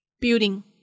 building